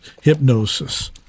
hypnosis